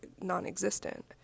non-existent